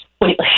Wait